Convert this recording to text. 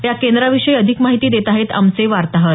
या केंद्राविषयी अधिक माहिती देत आहे आमचे वार्ताहर